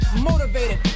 Motivated